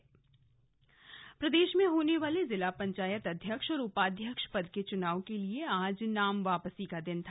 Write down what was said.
चुनाव प्रदेश में होने वाले जिला पंचायत अध्यक्ष और उपाध्यक्ष पद के चुनाव के लिए आज नाम वापसी का दिन था